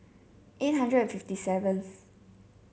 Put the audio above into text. eight hundred and fifty seventh